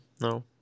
No